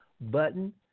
button